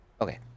okay